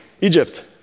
Egypt